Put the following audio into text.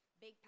big